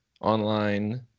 online